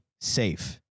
safe